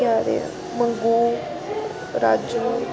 केह् आखदे मंगु राजू